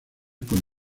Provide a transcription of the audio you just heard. con